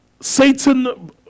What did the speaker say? Satan